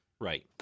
right